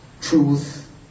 truth